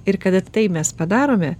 ir kada tai mes padarome